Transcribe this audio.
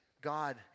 God